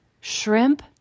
shrimp